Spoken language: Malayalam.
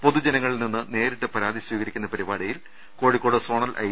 പൊതു ജനങ്ങളിൽ നിന്ന് നേരിട്ട് പരാതി സ്വീകരിക്കുന്ന പരിപാടിയിൽ കോഴിക്കോട് സോണൽ ഐ